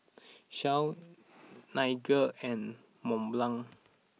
Shell Nightingale and Mont Blanc